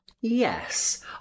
yes